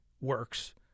works